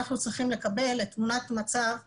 אנחנו צריכים לקבל תמונת מצב של